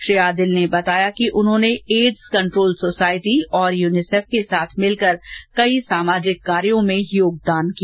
श्री आदिल ने बताया कि उन्होंने एड्स कंट्रोल सोसाइटी और यूनिसेफ के साथ मिलकर कई सामाजिक कार्यों में योगदान दिया